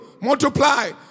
Multiply